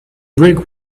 brick